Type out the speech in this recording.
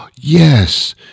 Yes